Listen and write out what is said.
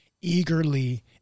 eagerly